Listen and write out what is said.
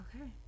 okay